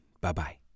Bye-bye